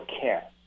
care